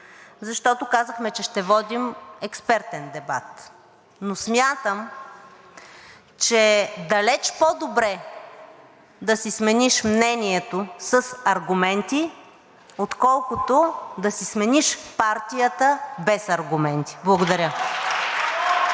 защото казахме, че ще водим експертен дебат. Но смятам, че е далеч по-добре да си смениш мнението с аргументи, отколкото да си смениш партията без аргументи. Благодаря.